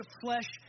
flesh